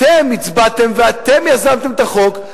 אתם הצבעתם ואתם יזמתם את החוק.